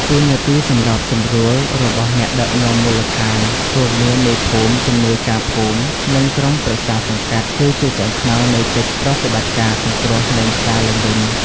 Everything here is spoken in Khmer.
តួនាទីសម្របសម្រួលរបស់អ្នកដឹកនាំមូលដ្ឋាន រួមមានមេភូមិ ជំនួយការភូមិ និងក្រុមប្រឹក្សាសង្កាត់ គឺជាឆ្អឹងខ្នងនៃកិច្ចប្រតិបត្តិការសង្គ្រោះ និងស្ដារឡើងវិញ។